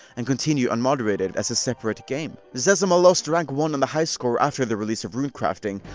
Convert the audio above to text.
and continue unmoderated as a seperate game. zezima lost rank one on the hiscore after the release of runecrafting,